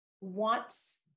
wants